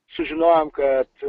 sužinojom kad